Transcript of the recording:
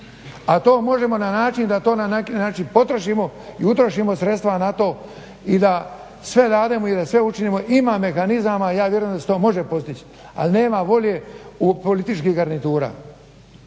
A to možemo na način da to na neki način potrošimo i utrošimo sredstva na to i da sve dademo i sve učinimo. Ima mehanizama, a vjerujem da se to može postići ali nema volje u političkih garnitura.